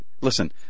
listen